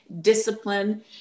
discipline